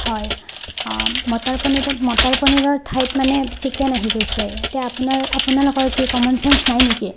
হয় মটৰ পনীৰটো মটৰ পনীৰৰ ঠাইত মানে চিকেন আহি গৈছে এতিয়া আপোনাৰ আপোনালোকৰ কি কমন ছেন্স নাই নেকি